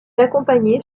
accompagnée